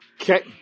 Okay